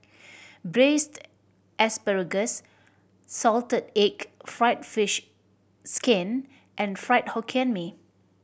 Braised Asparagus salted egg fried fish skin and Fried Hokkien Mee